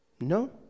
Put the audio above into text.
No